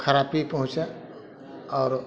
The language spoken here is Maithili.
खरापी पहुँचए आओरो